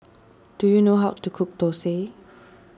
do you know how to cook Thosai